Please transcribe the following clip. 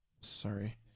sorry